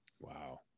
Wow